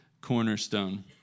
cornerstone